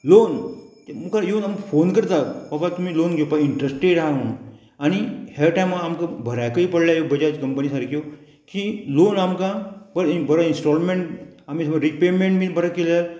loan मुखार येवन आमी फोन करता बाबा तुमी लोन घेवपाक इंट्रस्टेड आहा म्हणून आनी हे टायमार आमकां बऱ्याकय पडल्या बज कंपनी सारक्यो की लॉन आमकां बरो इंस्टॉलमेंट आमी समज रिपेमेंट बीन बरें केल्यार